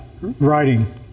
writing